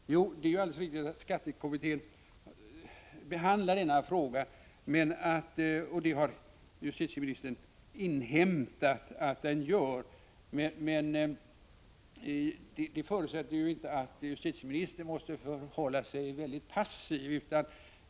Herr talman! Jo, det är alldeles riktigt att skatteförenklingskommittén behandlar frågan — justitieministern har ju ”inhämtat” att den gör det. Men det förutsätter inte att justitieministern måste förhålla sig väldigt passiv.